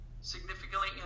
significantly